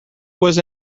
was